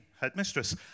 headmistress